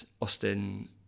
Austin